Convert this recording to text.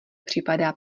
připadá